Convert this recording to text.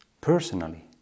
personally